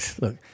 look